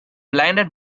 blinded